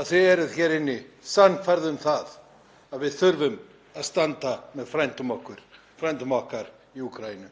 að þið eruð hér inni sannfærð um að við þurfum að standa með frændum okkar í Úkraínu.